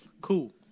cool